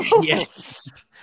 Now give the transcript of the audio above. Yes